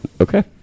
Okay